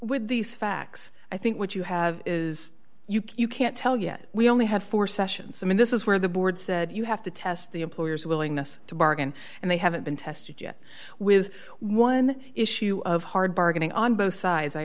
with these facts i think what you have is you can't tell yet we only had four sessions and this is where the board said you have to test the employer's willingness to bargain and they haven't been tested yet with one issue of hard bargaining on both sides i